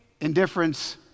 indifference